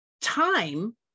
time